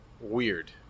weird